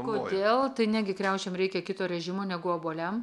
kodėl tai negi kriaušėm reikia kito režimo negu obuoliam